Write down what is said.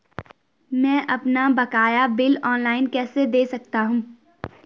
मैं अपना बकाया बिल ऑनलाइन कैसे दें सकता हूँ?